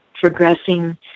progressing